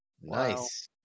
nice